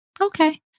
Okay